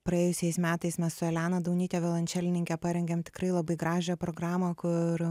praėjusiais metais mes su elena daunyte violončelininke parengėm tikrai labai gražią programą kur